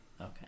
Okay